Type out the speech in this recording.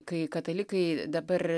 kai katalikai dabar